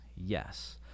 Yes